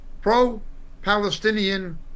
pro-Palestinian